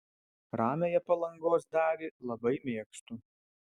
ramiąją palangos dalį labai mėgstu